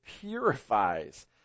purifies